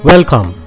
Welcome